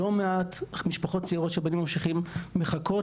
לא מעט משפחות צעירות של בנים ממשיכים מחכות